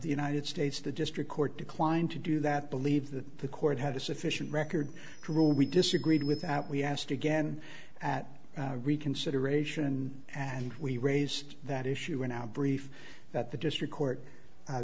the united states the district court declined to do that believe that the court had a sufficient record to rule we disagreed without we asked again at reconsideration and we raised that issue in our brief that the district court